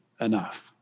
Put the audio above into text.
enough